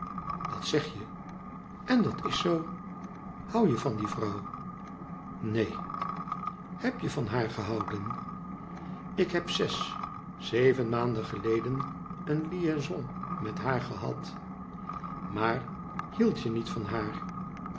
datzegje en dat is zoo hou je van die vrouw neen heb je van haar gehouden ik heb zes zeven maanden geleden een liaison met haar gehad maar hield je niet van haar